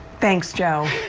thanks, joe.